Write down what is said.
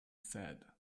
said